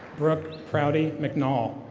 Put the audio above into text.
brooke prowdy mcnoll.